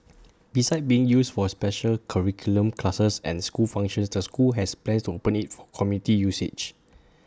besides being used for special curricular classes and school functions the school has plans to open IT for community usage